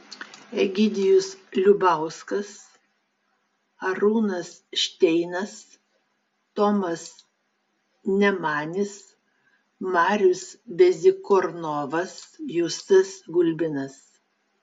egidijus liubauskas arūnas šteinas tomas nemanis marius bezykornovas justas gulbinas